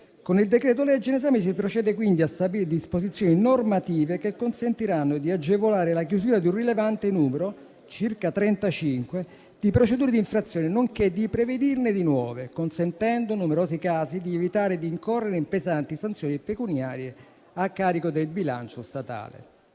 Con il decreto-legge in esame si procede quindi a stabilire disposizioni normative che consentiranno di agevolare la chiusura di un rilevante numero (circa 35) di procedure di infrazione, nonché di prevenirne di nuove, consentendo in numerosi casi di evitare di incorrere in pesanti sanzioni pecuniarie a carico del bilancio statale.